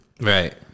Right